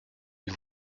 une